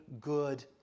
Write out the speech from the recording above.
good